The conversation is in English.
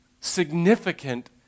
significant